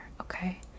okay